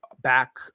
back